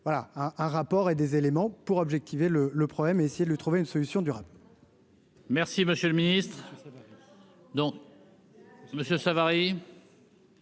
voilà un un rapport et des éléments pour objectiver le le problème, essayer de trouver une solution durable. Non. Merci, monsieur le Ministre, non Monsieur Savary.